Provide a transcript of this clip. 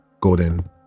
golden